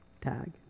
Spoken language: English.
tag